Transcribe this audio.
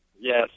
Yes